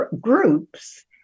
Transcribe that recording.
groups